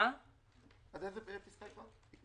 עד איזה פסקה קראת?